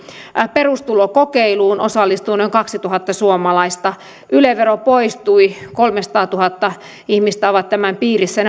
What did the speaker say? perustulokokeiluun osallistuu noin kaksituhatta suomalaista yle vero poistui kolmesataatuhatta ihmistä on tämän piirissä ja